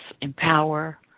empower